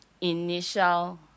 initial